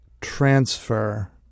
transfer